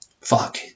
fuck